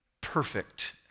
Perfect